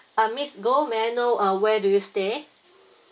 uh miss goh may I know uh where do you stay